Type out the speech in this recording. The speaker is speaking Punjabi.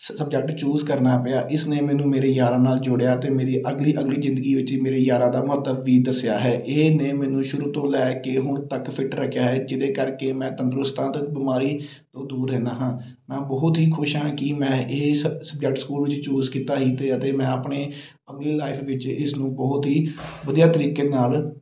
ਸਬਜੈਕਟ ਚੂਜ ਕਰਨਾ ਪਿਆ ਇਸਨੇ ਮੈਨੂੰ ਮੇਰੇ ਯਾਰਾਂ ਨਾਲ਼ ਜੋੜਿਆ ਅਤੇ ਮੇਰੀ ਅਗਲੀ ਅਗਲੀ ਜ਼ਿੰਦਗੀ ਵਿੱਚ ਮੇਰੇ ਯਾਰਾਂ ਦਾ ਮਹੱਤਵ ਵੀ ਦੱਸਿਆ ਹੈ ਇਹ ਨੇ ਮੈਨੂੰ ਸ਼ੁਰੂ ਤੋਂ ਲੈ ਕੇ ਹੁਣ ਤੱਕ ਫਿੱਟ ਰੱਖਿਆ ਹੈ ਜਿਹਦੇ ਕਰਕੇ ਮੈਂ ਤੰਦਰੁਸਤ ਹਾਂ ਅਤੇ ਬਿਮਾਰੀ ਤੋਂ ਦੂਰ ਰਹਿੰਦਾ ਹਾਂ ਮੈਂ ਬਹੁਤ ਹੀ ਖੁਸ਼ ਹਾਂ ਕਿ ਮੈਂ ਇਹ ਸ ਸਬਜੈਕਟ ਸਕੂਲ 'ਚ ਚੂਜ ਕੀਤਾ ਸੀ ਅਤੇ ਅਤੇ ਮੈਂ ਆਪਣੇ ਆਪਣੀ ਲਾਈਫ ਵਿੱਚ ਇਸ ਨੂੰ ਬਹੁਤ ਹੀ ਵਧੀਆ ਤਰੀਕੇ ਨਾਲ਼